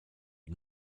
die